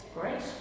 Great